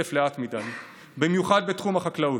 מטפטף לאט מדי, במיוחד בתחום החקלאות.